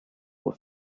were